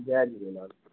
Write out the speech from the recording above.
Jay Jhulelal